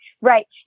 right